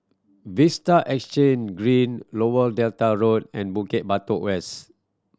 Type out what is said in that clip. Vista Exhange Green Lower Delta Road and Bukit Batok West